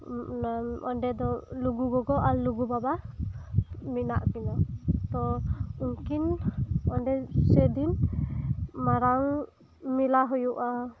ᱚᱸᱰᱮ ᱫᱚ ᱞᱩᱜᱩ ᱜᱚᱜᱚ ᱟᱨ ᱞᱩᱜᱩ ᱵᱟᱵᱟ ᱢᱮᱱᱟᱜ ᱠᱤᱱᱟᱹ ᱛᱚ ᱩᱱᱠᱤᱱ ᱚᱸᱰᱮ ᱥᱮᱫᱤᱱ ᱢᱟᱨᱟᱝ ᱢᱮᱞᱟ ᱦᱩᱭᱩᱜᱼᱟ